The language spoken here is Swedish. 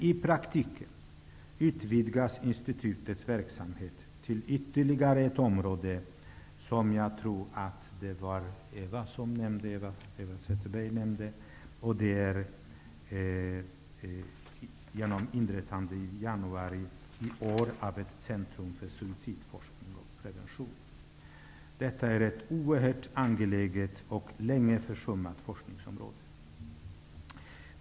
I praktiken utvidgas institutets verksamhet till ytterligare ett område, som Eva Zetterberg nämnde, genom inrättande i januari i år av ett centrum för suicidforskning och prevention. Detta är ett oerhört angeläget och länge försummat forskningsområde.